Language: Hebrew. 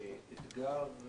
עם אתגר,